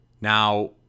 Now